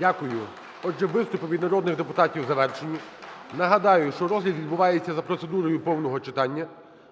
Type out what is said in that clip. Дякую. Отже, виступи від народних депутатів завершені. Нагадаю, що розгляд відбувається за процедурою повного читання.